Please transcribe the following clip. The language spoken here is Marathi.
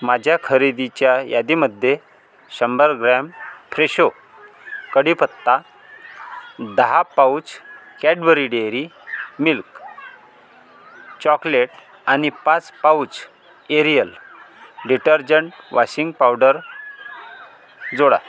माझ्या खरेदीच्या यादीमध्ये शंभर ग्राम फ्रेशो कढीपत्ता दहा pouch Cadbury Dairy Milk chocolate आणि पाच pouch Ariel detergent washing powder जोडा